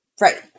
Right